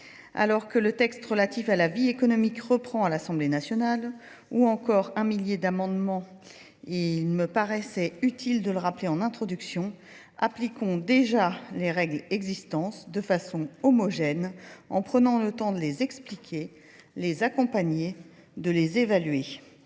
Alors que le texte relatif à la vie économique reprend à l'Assemblée nationale ou encore un millier d'amendements, il me paraissait utile de le rappeler en introduction, appliquons déjà les règles existence de façon homogène en prenant le temps de les expliquer, les accompagner, de les évaluer.